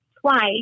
twice